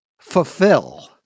Fulfill